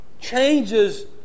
changes